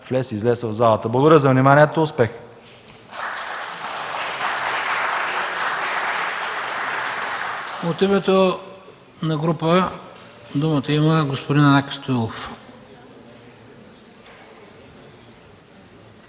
влез-излез от залата. Благодаря за вниманието. Успех.